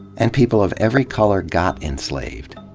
and people of every color got enslaved.